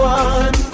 one